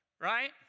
right